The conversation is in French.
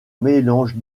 mélange